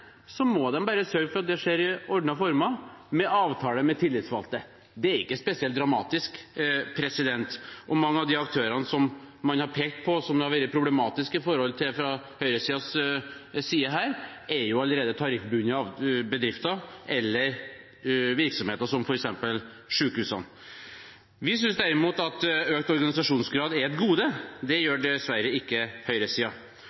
må de bare sørge for at det skjer i ordnede former med avtaler med tillitsvalgte. Det er ikke spesielt dramatisk, og mange av aktørene man har pekt på – og som det har vært problematisk overfor for høyresiden her – er allerede tariffbundne bedrifter eller virksomheter, som f.eks. sykehusene. Vi synes at økt organisasjonsgrad er et gode, det gjør